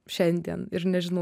šiandien ir nežinau